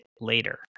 later